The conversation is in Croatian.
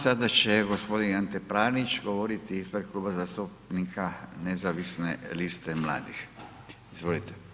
Sada će g. Ante Pranić govoriti ispred Kluba zastupnika Nezavisne liste mladih, izvolite.